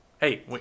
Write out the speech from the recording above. hey